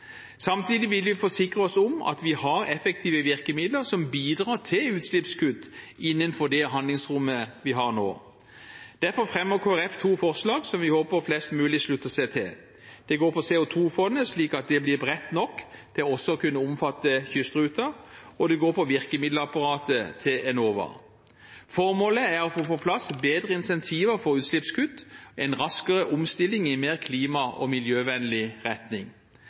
Samtidig vil vi forsikre oss om at vi har effektive virkemidler som bidrar til utslippskutt innenfor det handlingsrommet vi har nå. Derfor fremmer Kristelig Folkeparti to forslag som vi håper flest mulig slutter seg til. Det går på CO 2 -fondet, at det blir bredt nok til også å kunne omfatte kystruten, og det går på virkemiddelapparatet til Enova. Formålet er å få på plass bedre incentiver for utslippskutt og en raskere omstilling i mer klima- og miljøvennlig retning.